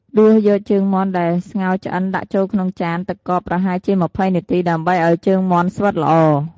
ដួសយកជើងមាន់ដែលស្ងោរឆ្អិនដាក់ចូលក្នុងចានទឹកកកប្រហែលជា ២០ នាទី ដើម្បីឱ្យជើងមាន់ស្វិតល្អ។